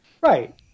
Right